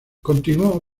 continuó